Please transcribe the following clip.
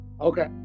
Okay